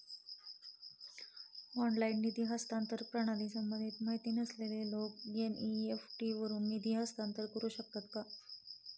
Online निधी हस्तांतरण प्रणालीसंबंधी माहिती नसलेले लोक एन.इ.एफ.टी वरून निधी हस्तांतरण करू शकतात का?